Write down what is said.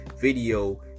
video